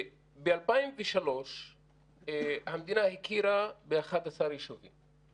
ב-2003 המדינה הכירה ב-11 יישובים